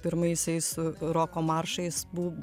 pirmaisiais roko maršais bū